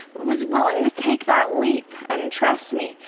was willing to take that leap and trust me,